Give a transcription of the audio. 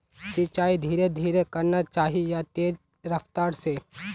सिंचाई धीरे धीरे करना चही या तेज रफ्तार से?